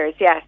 yes